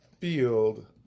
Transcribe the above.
field